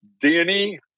Danny